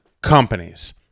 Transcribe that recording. companies